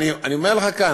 אני אומר לך כאן,